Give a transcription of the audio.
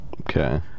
okay